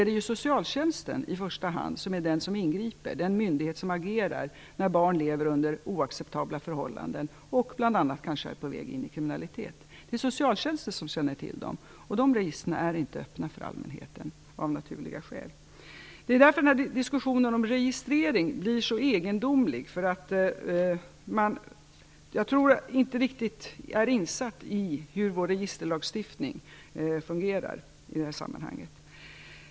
Det är i första hand socialtjänsten som ingriper och agerar när barn lever under oacceptabla förhållanden och bl.a. kanske är på väg in i en kriminalitet. Det är socialtjänsten som känner till dem, och de registren är av naturliga skäl inte öppna för allmänheten. Det är därför som diskussionen om registrering blir så egendomlig. Jag är inte riktigt insatt i hur vår registerlagstiftning fungerar i det här sammanhanget.